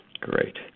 Great